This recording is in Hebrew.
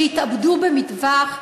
של אנשים שהתאבדו במטווח.